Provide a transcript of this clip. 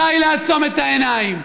די לעצום את העיניים.